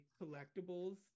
collectibles